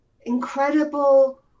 incredible